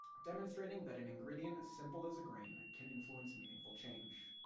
demonstrating that an ingredient as simple as a grain can influence meaningful change.